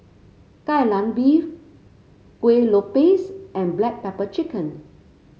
Kai Lan Beef Kuih Lopes and Black Pepper Chicken